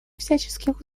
всяческих